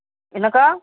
என்னக்கா